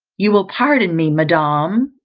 you will pardon me, madam,